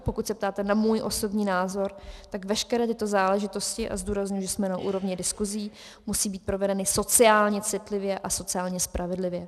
Pokud se ptáte na můj osobní názor, tak veškeré tyto záležitosti a zdůrazňuji, že jsme na úrovni diskuzí musí být provedeny sociálně citlivě a sociálně spravedlivě.